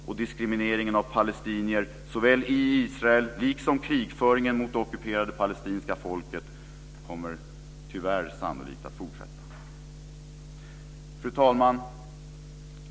Och diskrimineringen av palestinier i Israel, liksom krigföringen mot det ockuperade palestinska folket kommer tyvärr sannolikt att fortsätta. Fru talman!